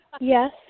Yes